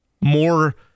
more